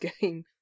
game